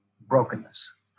brokenness